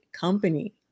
company